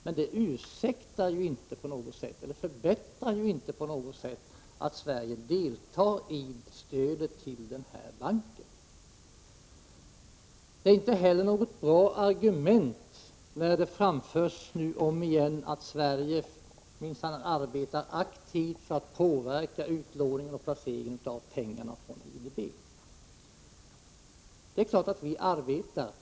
Men det ursäktar inte och förbättrar inte på något sätt att Sverige deltar i stödet till den här banken. Det är inte heller något bra argument när det omigen framförs att Sverige arbetar aktivt för att påverka utlåningen och placeringen av pengarna från IDB. Det är klart att vi arbetar.